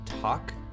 Talk